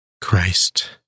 Christ